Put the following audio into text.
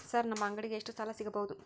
Sir ನಮ್ಮ ಅಂಗಡಿಗೆ ಎಷ್ಟು ಸಾಲ ಸಿಗಬಹುದು?